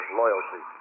loyalty